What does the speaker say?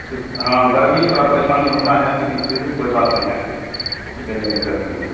ठीक हाँ गर्मी से थोड़ी परेशानी होती है लेकिन फिर भी कोई बात नहीं है झेल लेंगे गर्मी भी